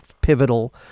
pivotal